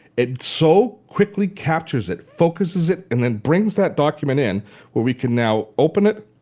it so quickly captures it, focuses it and then brings that document in where we can now open it,